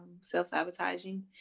self-sabotaging